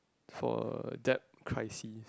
for debt crisis